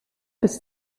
bis